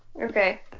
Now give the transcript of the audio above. Okay